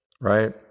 right